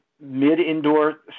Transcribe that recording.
mid-indoor